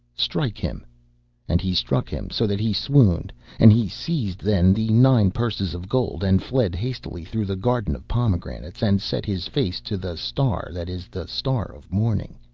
strike him and he struck him so that he swooned and he seized then the nine purses of gold, and fled hastily through the garden of pomegranates, and set his face to the star that is the star of morning.